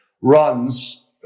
runs